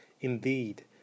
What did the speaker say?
Indeed